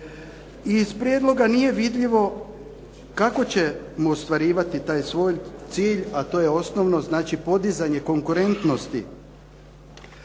Iz prijedloga nije vidljivo kako ćemo ostvarivati taj svoj cilj, a to je osnovno. Znači podizanje konkurentnosti